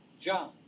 John